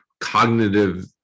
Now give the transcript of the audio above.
cognitive